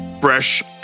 Fresh